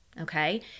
Okay